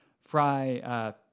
Fry